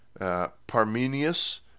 Parmenius